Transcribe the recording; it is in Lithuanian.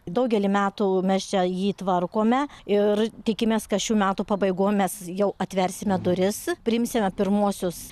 daugelį metų mes čia jį tvarkome ir tikimės kad šių metų pabaigoj mes jau atversime duris priimsime pirmuosius